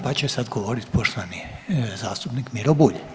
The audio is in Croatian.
Pa će sad govoriti poštovani zastupnik Miro Bulj.